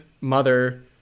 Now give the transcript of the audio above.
mother